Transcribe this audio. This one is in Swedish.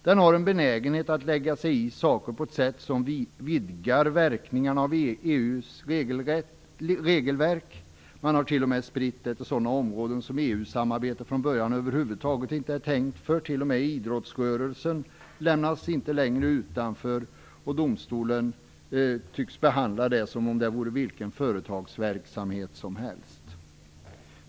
Den har en benägenhet att lägga sig i saker på ett sätt som vidgar verkningarna av EU:s regelverk. Man har t.o.m. spritt makten till sådana områden som EU-samarbete från början över huvud taget inte var tänkt för. Inte ens idrottsrörelsen lämnas längre utanför. Domstolen tycks behandla den som om den vore vilken företagsverksamhet som helst.